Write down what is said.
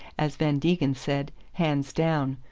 as van degen said, hands down.